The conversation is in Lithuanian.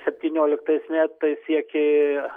septynioliktais metais siekė